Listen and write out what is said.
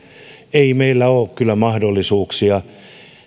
ei meillä ole kyllä mahdollisuuksia